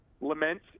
lament